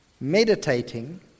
meditating